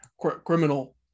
criminal